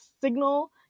signal